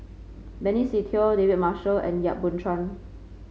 Benny Se Teo David Marshall and Yap Boon Chuan